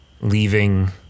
leaving